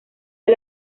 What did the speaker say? del